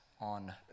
on